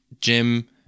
Jim